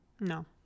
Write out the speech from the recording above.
No